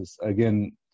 again